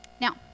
Now